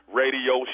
radio